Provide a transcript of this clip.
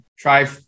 Try